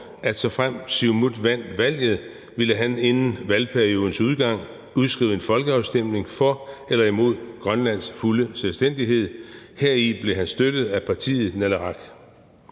at såfremt Siumut vandt valget, ville han inden valgperiodens udgang udskrive en folkeafstemning for eller imod Grønlands fulde selvstændighed, og heri blev han støttet af partiet Naleraq.